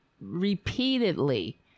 repeatedly